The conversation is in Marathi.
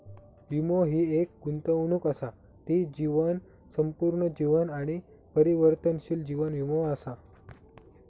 वीमो हि एक गुंतवणूक असा ती जीवन, संपूर्ण जीवन आणि परिवर्तनशील जीवन वीमो असा